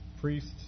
priests